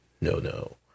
no-no